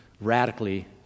radically